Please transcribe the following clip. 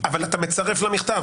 אבל אתה מצרף לו מכתב.